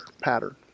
Pattern